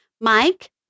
Mike